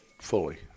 Fully